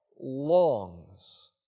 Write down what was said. longs